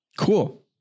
Cool